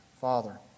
Father